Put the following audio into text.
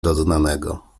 doznanego